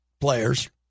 players